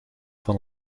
van